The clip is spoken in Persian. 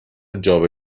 جابه